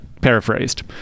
Paraphrased